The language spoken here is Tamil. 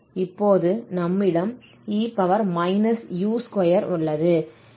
இப்போது நம்மிடம் e u2 உள்ளது